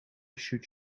should